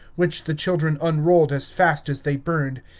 which the children unrolled as fast as they burned,